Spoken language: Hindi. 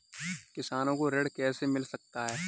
किसानों को ऋण कैसे मिल सकता है?